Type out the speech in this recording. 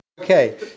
Okay